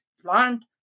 Plant